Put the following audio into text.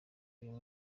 uyu